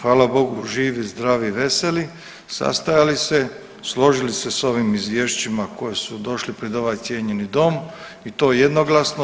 Hvala Bogu živi, zdravi, veseli, sastajali se, složili se s ovim izvješćima koja su došli pred ovaj cijenjeni dom i to jednoglasno.